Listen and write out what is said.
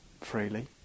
freely